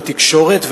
בתקשורת,